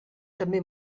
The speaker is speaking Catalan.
també